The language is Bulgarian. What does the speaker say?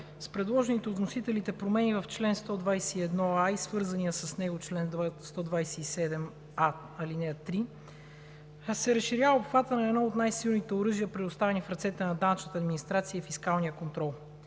С предложените от вносителите промени в чл. 121а и свързаният с него чл. 127а, ал. 3 се разширява обхватът на едно от най-силните оръжия, предоставени в ръцете на данъчната администрация – фискалния контрол.